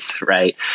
Right